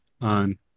on